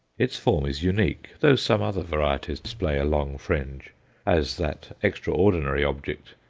its form is unique, though some other varieties display a long fringe as that extraordinary object,